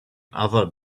other